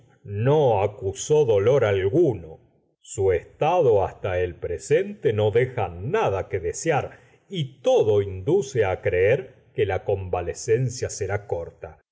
no acusó dolor alguno su estado hasta el presente no deja nada que desear y todo induce á creer que la convalecencia será corta